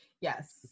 Yes